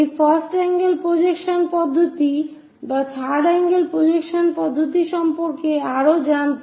এই first angle projection পদ্ধতি বা থার্ড আঙ্গেল প্রজেকশন পদ্ধতি সম্পর্কে আরও জানতে